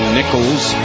Nichols